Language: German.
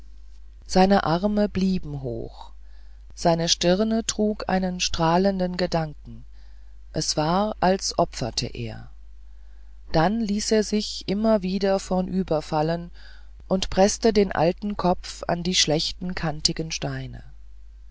seine arme blieben hoch seine stirne trug einen strahlenden gedanken es war als ob er opferte dann ließ er sich immer wieder vornüberfallen und preßte den alten kopf an die schlechten kantigen steine